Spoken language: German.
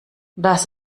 das